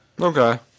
Okay